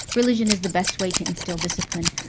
religion is the best way to instil discipline.